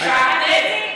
זה שעטנז.